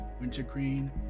Wintergreen